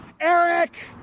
eric